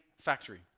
factory